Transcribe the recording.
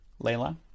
Layla